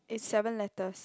it's seven letters